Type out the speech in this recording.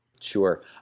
Sure